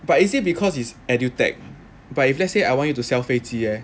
but is it because it's edu tech but if let's say I want you to sell 飞机 eh